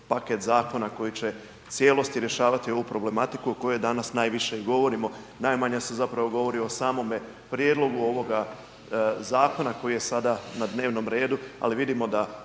paket zakona koji će u cijelosti rješavati ovu problematiku o kojoj danas najviše i govorimo. Najmanje se zapravo govori o samome prijedlogu ovoga zakona koji je sada na dnevnom redu, ali vidimo da